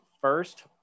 first